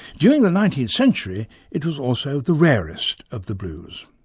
during the nineteenth century it was also the rarest of the blues.